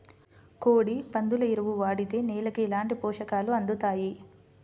కోడి, పందుల ఎరువు వాడితే నేలకు ఎలాంటి పోషకాలు అందుతాయి